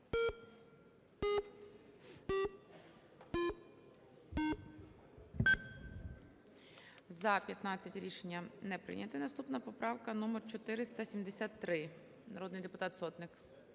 За-15 Рішення не прийнято. Наступна поправка номер 473, народний депутат Сотник.